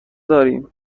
داریم